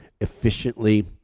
efficiently